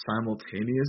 simultaneous